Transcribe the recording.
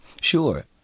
Sure